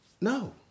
No